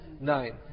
nine